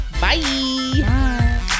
Bye